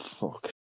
Fuck